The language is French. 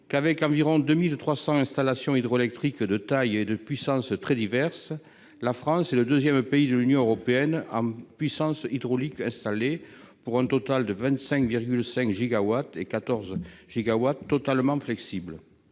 qu'avec environ 2300 installations hydroélectriques de taille et de puissance très diverses, la France est le 2ème pays de l'Union européenne en puissance hydraulique installée pour un total de 25 5 gigawatts et 14 gigawatts totalement flexible,